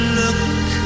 look